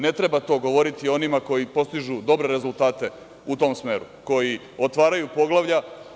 Ne treba to govoriti onima koji postižu dobre rezultate u tom smeru, koji otvaraju poglavlja.